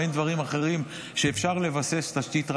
או אין דברים אחרים שאפשר לבסס תשתית ראייתית,